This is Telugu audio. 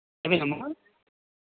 నమ్మ